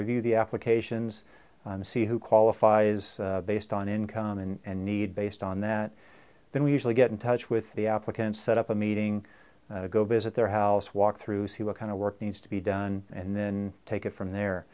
review the applications and see who qualifies based on income and need based on that then we usually get in touch with the applicants set up a meeting go visit their house walk through see what kind of work needs to be done and then take it from there